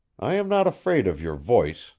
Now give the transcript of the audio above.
i am not afraid of your voice,